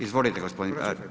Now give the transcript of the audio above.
Izvolite gospodin.